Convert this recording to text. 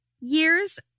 Years